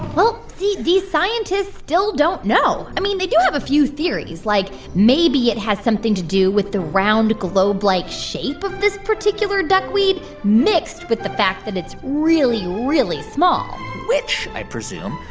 well, see. these scientists still don't know. i mean, they do have a few theories. like, maybe it has something to do with the round, globe-like shape of this particular duck weed mixed with the fact that it's really, really small which, i presume,